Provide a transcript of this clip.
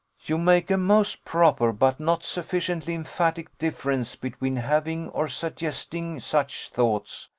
you make a most proper, but not sufficiently emphatic difference between having or suggesting such thoughts,